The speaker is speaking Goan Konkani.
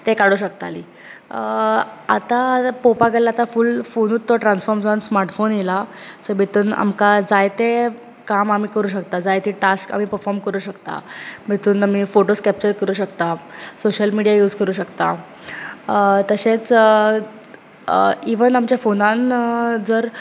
ते काडूंक शकताली आता पळोवपाक गेल्यार फूल फोनुच तो ट्रान्सफॉर्म जावन स्मार्टफोन येयला सो भितर आमकां जाय ते काम आमी करुंक शकतात जाय ते टास्क आमी पर्फोर्म करुंक शकतात भितुन आमी फोटोज आमी केप्चर करुंक शकतात सोशल मिडीया यूज करुंक शकतात तशेंच इवन आमच्या फोनांत जर